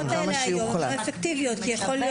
ההרחקות האלה היום הן לא אפקטיביות כי יכולים